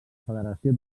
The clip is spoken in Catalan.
federació